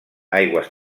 aigües